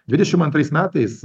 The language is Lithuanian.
dvidešim antrais metais